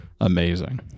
amazing